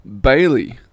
Bailey